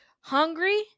hungry